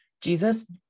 Jesus